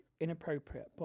inappropriate